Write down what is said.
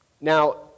Now